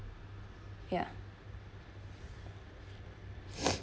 ya